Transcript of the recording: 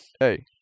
hey